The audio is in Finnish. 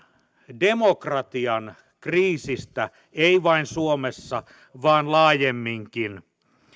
demokratian kriisistä ei vain suomessa vaan laajemminkin